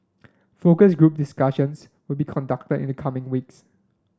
focus group discussions will be conducted in the coming weeks